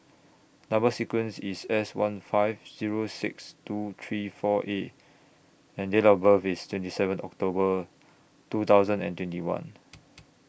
Number sequence IS S one five Zero six two three four A and Date of birth IS twenty seven October two thousand and twenty one